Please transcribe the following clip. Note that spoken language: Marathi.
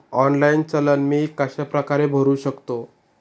ऑनलाईन चलन मी कशाप्रकारे भरु शकतो?